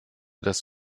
das